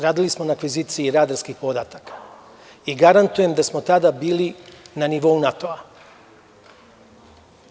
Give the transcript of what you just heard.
Radili smo na kviziciji radarskih podataka i garantujem da smo tada bili na nivou NATO-a.